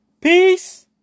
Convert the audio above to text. Peace